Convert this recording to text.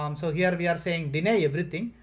um so here we are saying deny, everything.